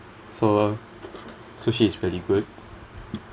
so sushi is really good